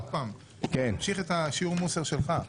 --- אני ממשיך את השיעור מוסר שלך.